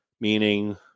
meaning